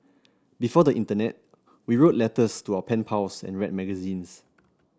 before the internet we wrote letters to our pen pals and read magazines